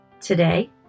Today